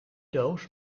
doos